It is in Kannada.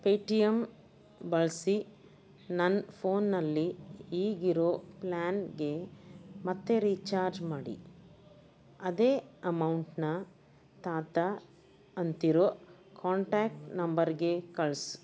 ಪೇ ಟಿ ಎಮ್ ಬಳಸಿ ನನ್ನ ಫೋನಲ್ಲಿ ಈಗಿರೋ ಪ್ಲಾನ್ಗೆ ಮತ್ತೆ ರೀಚಾರ್ಜ್ ಮಾಡಿ ಅದೇ ಅಮೌಂಟ್ನ ತಾತ ಅಂತಿರೋ ಕಾಂಟ್ಯಾಕ್ಟ್ ನಂಬರ್ಗೆ ಕಳ್ಸು